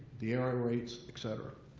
the error rates, et cetera.